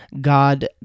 God